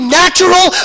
natural